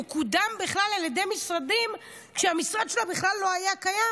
הוא קודם על ידי משרדים כשהמשרד שלה בכלל לא היה קיים,